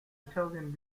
italian